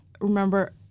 remember